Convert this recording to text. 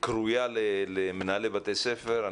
כרויה למנהלי בתי ספר,